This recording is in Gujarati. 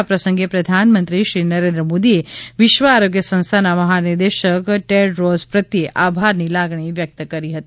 આ પ્રસંગે પ્રધાનમંત્રીશ્રી નરેન્દ્ર મોદીએ વિશ્વ આરોગ્ય સંસ્થાના મહાનિર્દેશક ટેડ રોસ પ્રત્યે આભારની લાગણી વ્યકત કરી હતી